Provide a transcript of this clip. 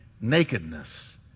nakedness